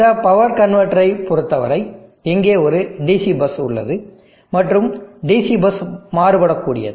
இந்த பவர் கன்வெர்ட்டரைப் பொறுத்தவரை இங்கே ஒரு DC பஸ் உள்ளது மற்றும் DC பஸ் மாறுபடக்கூடியது